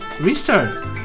restart